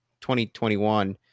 2021